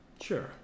Sure